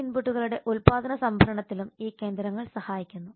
ഈ ഇൻപുട്ടുകളുടെ ഉൽപാദന സംഭരണത്തിലും ഈ കേന്ദ്രങ്ങൾ സഹായിക്കുന്നു